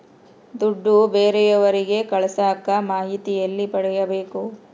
ದುಡ್ಡು ಬೇರೆಯವರಿಗೆ ಕಳಸಾಕ ಮಾಹಿತಿ ಎಲ್ಲಿ ಪಡೆಯಬೇಕು?